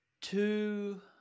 two